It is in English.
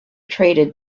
traded